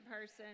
person